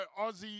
Aussie